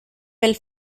pel